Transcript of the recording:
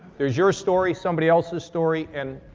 there's your story, somebody else's story, and,